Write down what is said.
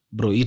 Bro